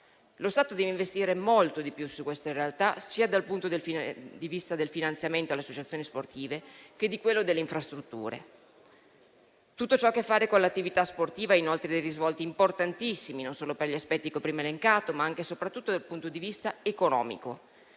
Lo Stato deve investire molto di più su questa realtà dal punto di vista sia del finanziamento alle associazioni sportive che di quello delle infrastrutture. Tutto ciò che ha a che fare con l'attività sportiva ha, inoltre, dei risvolti importantissimi non solo per gli aspetti che ho prima elencato, ma anche e soprattutto dal punto di vista economico.